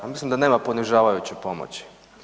Pa mislim da nema ponižavajuće pomoći.